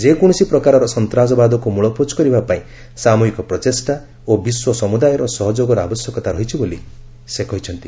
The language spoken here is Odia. ଯେକୌଣସି ପ୍ରକାରର ସନ୍ତାସବାଦକୁ ମୂଳପୋଛ କରିବା ପାଇଁ ସାମୁହିକ ପ୍ରଚେଷ୍ଟା ଓ ବିଶ୍ୱ ସମୁଦାୟର ସହଯୋଗର ଆବଶ୍ୟକତା ରହିଛି ବୋଲି ସେ କହିଛନ୍ତି